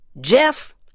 Jeff